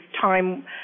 time